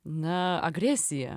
na agresija